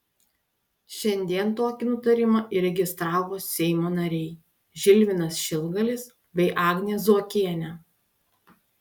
šiandien tokį nutarimą įregistravo seimo nariai žilvinas šilgalis bei agnė zuokienė